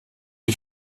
die